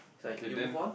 is like you move on